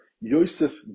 Yosef